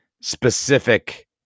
specific